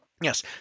Yes